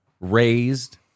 raised